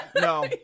no